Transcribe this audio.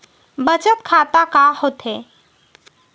बचत खाता का होथे?